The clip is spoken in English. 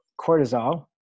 cortisol